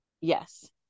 Yes